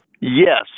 Yes